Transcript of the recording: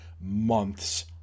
months